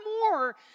more